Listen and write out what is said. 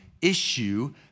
issue